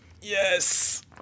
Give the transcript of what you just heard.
Yes